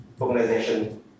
organization